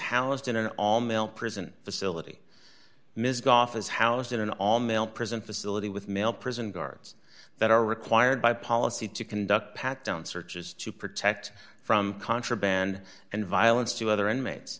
halogen an all male prison facility ms goff is housed in an all male prison facility with male prison guards that are required by policy to conduct pat down searches to protect from contraband and violence to other inmates